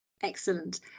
excellent